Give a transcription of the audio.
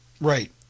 right